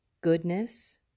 goodness